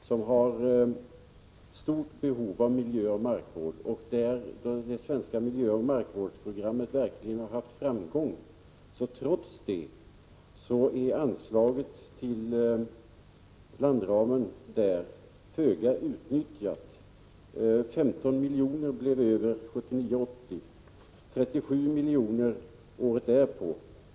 Där finns ett stort behov av miljöoch markvård, och där har det svenska miljöoch markvårdsprogrammet verkligen haft framgång. Men trots det är anslaget till landramen avseende Kenya föga utnyttjat. 15 milj.kr. blev över budgetåret 1979/80 och 37 miljoner året därpå.